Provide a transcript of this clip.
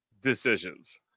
decisions